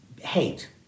hate